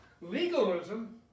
Legalism